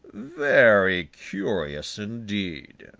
very curious indeed.